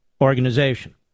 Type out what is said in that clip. organization